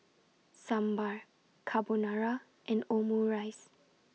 Sambar Carbonara and Omurice